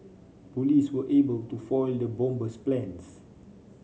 police were able to foil the bomber's plans